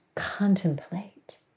Contemplate